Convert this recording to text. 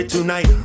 tonight